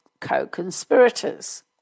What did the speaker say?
co-conspirators